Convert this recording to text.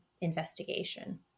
investigation